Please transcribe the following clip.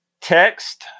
Text